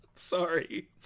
Sorry